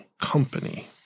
company